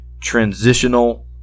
transitional